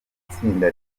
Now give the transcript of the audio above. itsinda